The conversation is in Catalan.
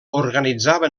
organitzava